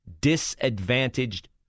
disadvantaged